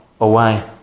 away